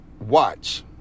watch